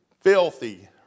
Filthy